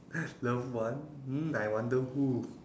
love one mm I wonder who